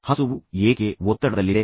ಹಸುವು ಏಕೆ ಒತ್ತಡದಲ್ಲಿದೆ